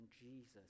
Jesus